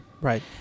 right